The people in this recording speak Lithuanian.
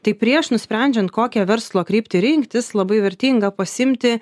tai prieš nusprendžiant kokią verslo kryptį rinktis labai vertinga pasiimti